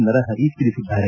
ನರಹರಿ ತಿಳಿಸಿದ್ದಾರೆ